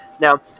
Now